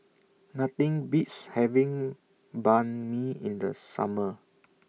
Nothing Beats having Banh MI in The Summer